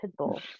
Pitbull